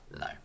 No